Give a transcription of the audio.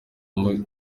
muri